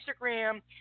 Instagram